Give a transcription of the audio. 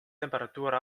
temperatuur